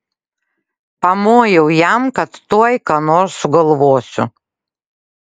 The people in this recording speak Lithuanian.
pamojau jam kad tuoj ką nors sugalvosiu